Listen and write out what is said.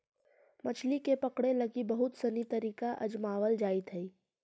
मछली के पकड़े लगी बहुत सनी तरीका अपनावल जाइत हइ